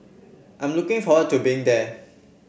I'm looking forward to being there